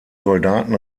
soldaten